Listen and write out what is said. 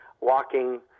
walking